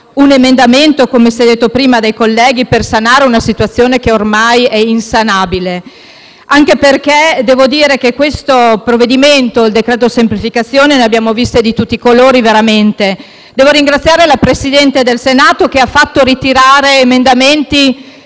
un emendamento, come detto dai colleghi, per sanare una situazione che ormai è insanabile, anche perché su questo provvedimento, il decreto semplificazioni, ne abbiamo viste davvero di tutti i colori. Devo ringraziare il Presidente del Senato che ha fatto ritirare emendamenti